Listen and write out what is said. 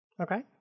okay